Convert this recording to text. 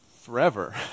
forever